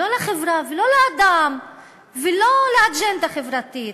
ולא לחברה ולא לאדם ולא לאג'נדה חברתית.